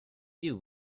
view